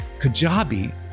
Kajabi